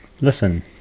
listen